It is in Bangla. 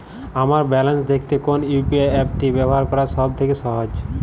আমার ব্যালান্স দেখতে কোন ইউ.পি.আই অ্যাপটি ব্যবহার করা সব থেকে সহজ?